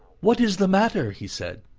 what is the matter? he said.